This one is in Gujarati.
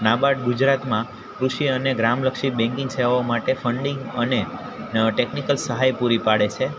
નાબાડ ગુજરાતમાં કૃષિ અને ગ્રામલક્ષી બેન્કિંગ સેવાઓ માટે ફંડિંગ અને ટેકનિકલ સહાય પૂરી પાડે છે